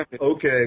okay